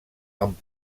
amb